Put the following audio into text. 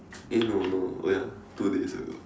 eh no no oh ya two days ago